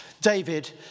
david